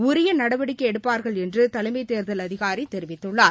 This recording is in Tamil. உரிய நடவடிக்கை எடுப்பார்கள் என்று தலைமை தேர்தல் அதிகாரி தெரிவித்துள்ளார்